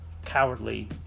cowardly